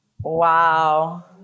Wow